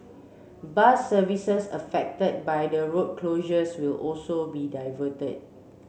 bus services affected by the road closures will also be diverted